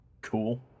cool